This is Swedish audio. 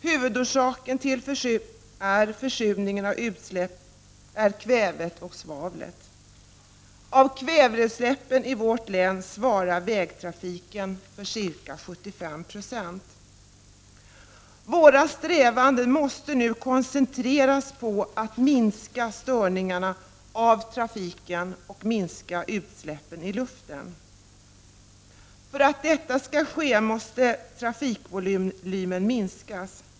Huvudorsaken till försurningen är utsläpp av kväve och svavel. Av kväveutsläppen i vårt län svarar vägtrafiken för ca 75 70. Våra strävanden måste nu koncentreras på att minska störningarna av trafiken och minska utsläppen i luften. För att detta skall ske måste trafikvolymen minskas.